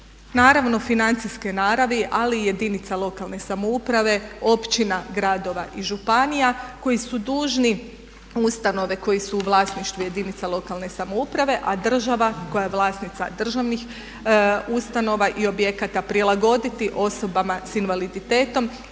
naravno financijske naravi ali i jedinica lokalne samouprave, općina, gradova i županija koji su dužni ustanove koje su u vlasništvu jedinica lokalne samouprave, a država koja je vlasnica državnih ustanova i objekata prilagoditi osobama s invaliditetom.